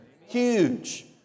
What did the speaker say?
Huge